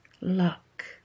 Luck